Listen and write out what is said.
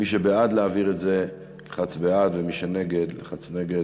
מי שבעד להעביר את זה ילחץ בעד ומי שנגד ילחץ נגד.